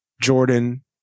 Jordan